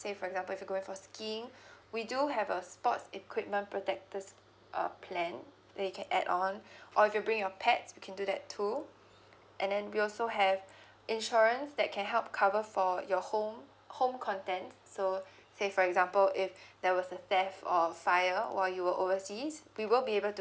say for example if you going for skiing we do have a sports equipment protectors uh plan that you can add on or you can bring your pets you can do that too and then we also have insurance that can help cover for your home home content so say for example if there was a theft of fire while you were overseas we will be able to